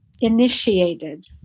initiated